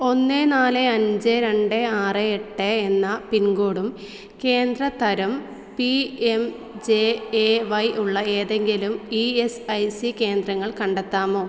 ഒന്ന് നാല് അഞ്ച് രണ്ട് ആറ് എട്ട് എന്ന പിൻകോഡും കേന്ദ്ര തരം P M J A Y ഉള്ള ഏതെങ്കിലും ഇ എസ് ഐ സി കേന്ദ്രങ്ങൾ കണ്ടെത്താമോ